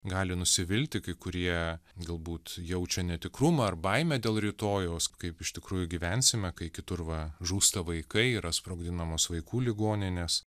gali nusivilti kai kurie galbūt jaučia netikrumą ar baimę dėl rytojaus kaip iš tikrųjų gyvensime kai kitur va žūsta vaikai yra sprogdinamos vaikų ligoninės